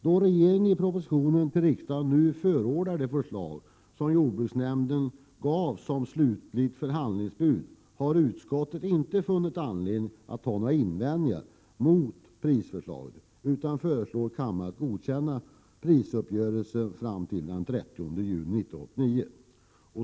Då regeringen i propositionen till riksdagen nu förordar det förslag som jordbruksnämnden gav som slutligt förhandlingsbud, har utskottet inte funnit anledning att göra några invändningar mot förslaget utan föreslår kammaren att godkänna prisuppgörelsen fram till den 30 juni 1989.